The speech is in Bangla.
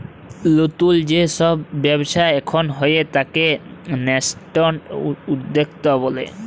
লতুল যে সব ব্যবচ্ছা এখুন হয়ে তাকে ন্যাসেন্ট উদ্যক্তা ব্যলে